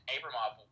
Abramov